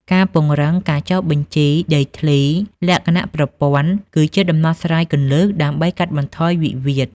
ការពង្រឹងការចុះបញ្ជីដីធ្លីលក្ខណៈប្រព័ន្ធ គឺជាដំណោះស្រាយគន្លឹះដើម្បីកាត់បន្ថយវិវាទ។